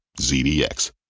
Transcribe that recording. ZDX